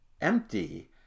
empty